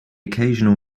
occasional